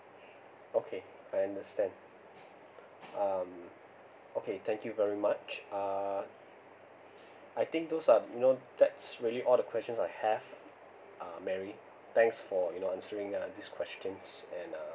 okay I understand um okay thank you very much uh I think those are you know that's really all the questions I have uh mary thanks for you know answering uh these questions and uh